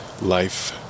life